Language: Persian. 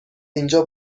اینجا